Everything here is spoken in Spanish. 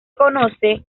conoce